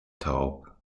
taub